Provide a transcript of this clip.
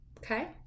Okay